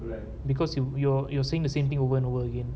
because you you're you're saying the same thing over and over again